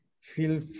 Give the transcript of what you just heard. feel